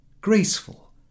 graceful